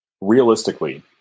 realistically